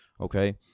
okay